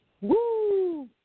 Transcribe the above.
woo